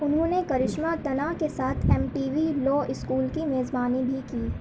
انہوں نے کرشمہ تنا کے ساتھ M T V love school کی میزبانی بھی کی